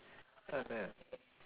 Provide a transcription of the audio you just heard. oh no